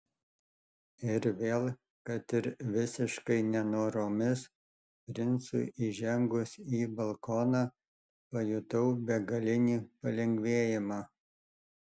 ir vėl kad ir visiškai nenoromis princui įžengus į balkoną pajutau begalinį palengvėjimą